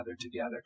together